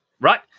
right